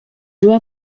joua